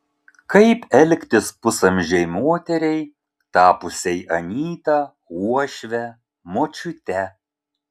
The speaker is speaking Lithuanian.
kaip elgtis pusamžei moteriai tapusiai anyta uošve močiute